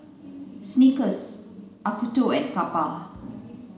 Snickers Acuto and Kappa